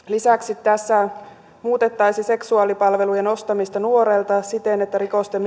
lisäksi tässä muutettaisiin seksuaalipalvelujen ostamista nuorelta siten että rikosten